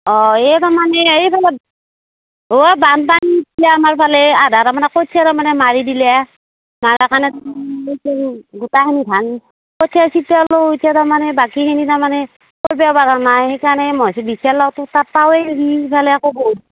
অঁ এই তাৰমানে এই অলপ অঁ বানপানী উঠিছে আমাৰ ফালে আধা তাৰমানে কঠিয়া তাৰমানে মাৰি দিলা মাৰা কাৰণে গোটাই খিনি ধান কঠিয়া সিঁচালো এতিয়া তাৰমানে বাকীখিনি তাৰমানে কৰিব পৰা নাই সেই কাৰণে মই বিচাৰ ল'লো তোৰ তাত পাওঁ ৱেই নেকি সিফালে আকৌ বহুত